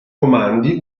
comandi